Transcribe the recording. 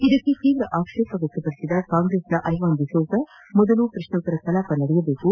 ಇದಕ್ಕೆ ತೀವ್ರ ಆಕ್ಷೇಪ ವ್ಯಕ್ತಪಡಿಸಿದ ಕಾಂಗ್ರೆಸ್ನ ಐವಾನ್ ದಿಸೋಜಾ ಮೊದಲು ಪ್ರಶ್ನೋತ್ತರ ಕಲಾಪ ನಡೆಯಲಿ